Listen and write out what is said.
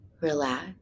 Relax